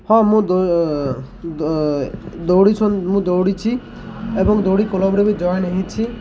ହଁ ମୁଁ ଦୌଡ଼ି ମୁଁ ଦୌଡ଼ିଛି ଏବଂ ଦୌଡ଼ି କ୍ଲବ୍ରେ ବି ଜଏନ୍ ହୋଇଛି